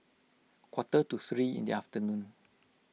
quarter to three in the afternoon